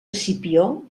escipió